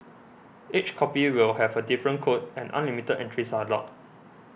each copy will have a different code and unlimited entries are allowed